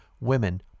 women